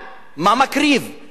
מה הוא מקריב, מילואים.